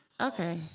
Okay